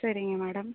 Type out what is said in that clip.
சரிங்க மேடம்